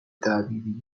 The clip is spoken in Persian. تعبیری